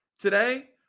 today